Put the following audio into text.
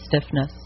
stiffness